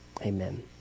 amen